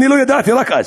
אני לא ידעתי, רק אז.